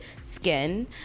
skin